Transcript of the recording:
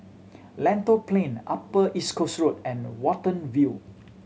Lentor Plain Upper East Coast Road and Watten View